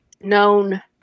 known